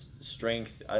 Strength